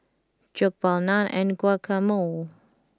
Jokbal Naan and Guacamole